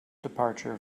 departure